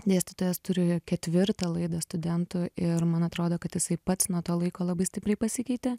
dėstytojas turi ketvirtą laidą studentų ir man atrodo kad jisai pats nuo to laiko labai stipriai pasikeitė